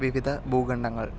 വിവിധ ഭൂഖണ്ഡങ്ങൾ